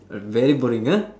very boring ah